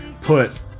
put